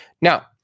Now